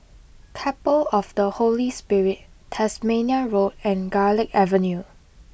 Chapel of the Holy Spirit Tasmania Road and Garlick Avenue